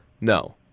No